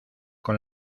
con